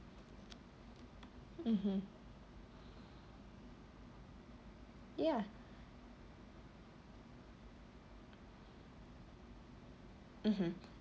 mmhmm ya mmhmm